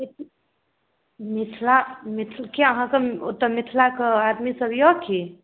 एहिठिन मिथिला मिथि किआ अहाँसभ ओतय मिथलाके आदमीसभ यए की